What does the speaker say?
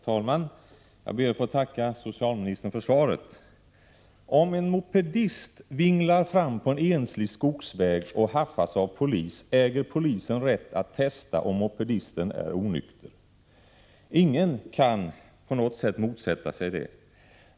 Herr talman! Jag ber att få tacka socialministern för svaret. Om en mopedist vinglar fram på en enslig skogsväg och haffas av polis äger polisen rätt att testa om mopedisten är onykter. Ingen kan på något sätt motsätta sig det.